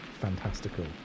fantastical